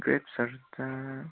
ग्रेप्सहरू त